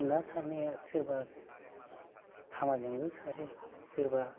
ना सारनाया सोरबा थामाजोंबो सारो सोरबा